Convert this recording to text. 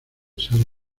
sara